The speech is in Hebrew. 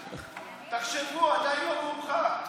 תראה מה קורה כאן בכנסת.